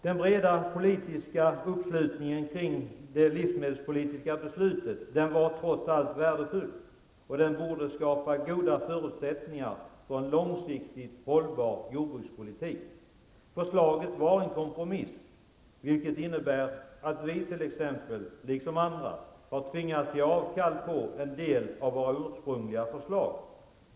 Den breda politiska uppslutningen kring det livsmedelspolitiska beslutet var trots allt värdefull, och den borde skapa goda förutsättningar för en långsiktigt hållbar jordbrukspolitik. Beslutet var en kompromiss, vilket innebär att vi liksom andra har tvingats ge avkall på en del av våra ursprungliga förslag.